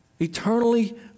Eternally